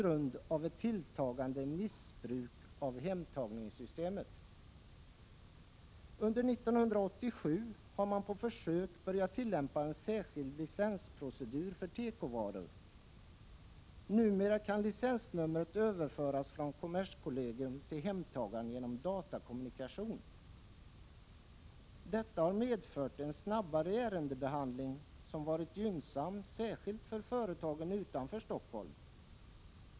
Under 1987 har man på försök börjat tillämpa en särskild licensprocedur för tekovaror. Numera kan licensnumret överföras från kommerskollegium till hemtagaren genom datakommunikation. Detta har medfört en snabbare ärendebehandling, som varit gynnsam särskilt för företagen utanför Stockholm.